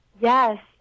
Yes